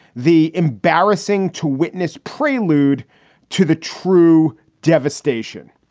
the embarrassing to witness prelude to the true devastation.